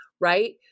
Right